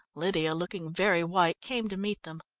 lydia, looking very white, came to meet them.